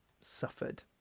suffered